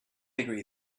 agree